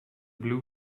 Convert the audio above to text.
blue